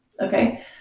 Okay